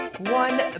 One